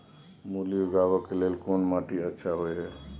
मूली उगाबै के लेल कोन माटी अच्छा होय है?